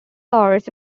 hours